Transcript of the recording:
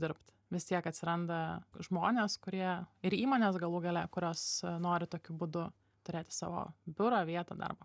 dirbt vis tiek atsiranda žmonės kurie ir įmonės galų gale kurios nori tokiu būdu turėti savo biurą vietą darbą